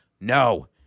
No